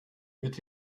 mit